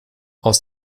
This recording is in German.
aus